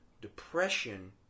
depression